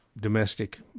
domestic